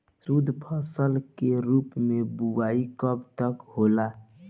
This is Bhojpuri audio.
शुद्धफसल के रूप में बुआई कब तक होला?